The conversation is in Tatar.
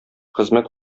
хезмәт